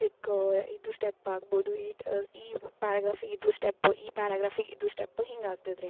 like ಇದು step ಆಗ್ಬೌದು ಇಷ್ಟ್ ಅದು ಈ ಪ್ಯಾರಗ್ರಾಫ್ಗೆ ಇದು ಸ್ಟೆಪ್ ಈ ಪ್ಯಾರಗ್ರಾಫ್ಗೆ ಇದು ಸ್ಟೆಪ್ ಹಿಂಗಾಗ್ತದೆದ್ ರೀ